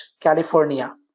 California